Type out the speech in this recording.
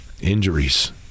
Injuries